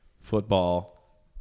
football